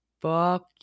Fuck